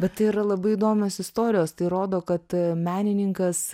bet tai yra labai įdomios istorijos tai rodo kad menininkas